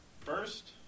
first